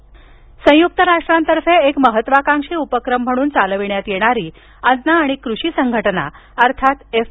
मोदी संयुक्त राष्ट्रांतर्फे एक महत्त्वाकांक्षी उपक्रम म्हणून चालविण्यात येणारी अन्न आणि कृषी संघटना अर्थात एफ